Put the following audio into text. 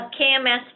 KMS